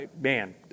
man